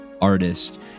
artist